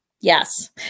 Yes